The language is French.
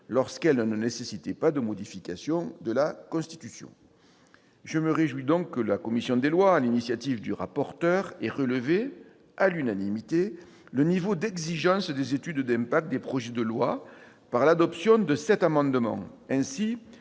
lorsqu'elles ne nécessitaient pas de modification de la Constitution. Je me réjouis donc que la commission des lois, sur l'initiative du rapporteur, ait décidé- à l'unanimité -de relever le niveau d'exigence pour les études d'impact des projets de loi, par le biais de l'adoption de sept amendements. Ainsi,